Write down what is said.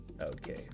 Okay